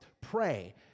Pray